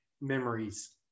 memories